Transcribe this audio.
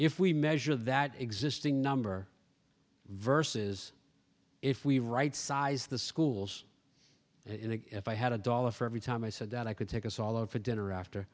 if we measure that existing number versus if we rightsize the schools in it if i had a dollar for every time i said that i could take us all over for dinner after